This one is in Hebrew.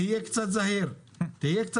תהיה קצת זהיר וצנוע.